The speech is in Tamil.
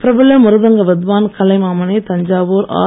பிரபல மிருதங்க வித்வான் கலைமாமணி தஞ்சாவூர் ஆர்